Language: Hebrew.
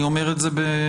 אני אומר את זה בכנות.